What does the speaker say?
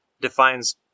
defines